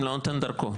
עד חודש,